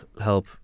help